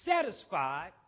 satisfied